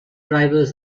drivers